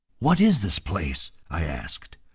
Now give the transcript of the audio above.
what is this place, i asked,